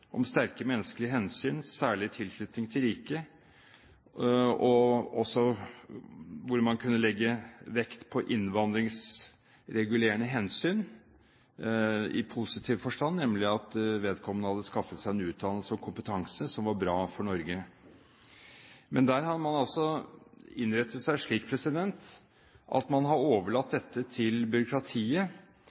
om sterke menneskelige hensyn, særlig i tilknytning til riket, å kunne legge vekt på innvandringsregulerende hensyn i positiv forstand, nemlig at vedkommende hadde skaffet seg en utdannelse og en kompetanse som var bra for Norge. Men her har man altså innrettet seg slik at man har overlatt dette til byråkratiet